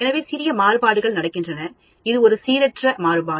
எனவே சிறிய மாறுபாடுகள் நடக்கின்றன இது ஒரு சீரற்ற மாறுபாடு